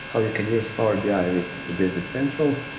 yeah can use power bi with business central?